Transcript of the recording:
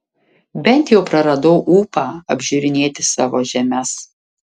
bent jau praradau ūpą apžiūrinėti savo žemes